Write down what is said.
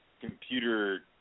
computer